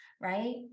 right